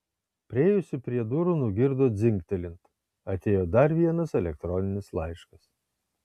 priėjusi prie durų nugirdo dzingtelint atėjo dar vienas elektroninis laiškas